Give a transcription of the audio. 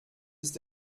ist